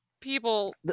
people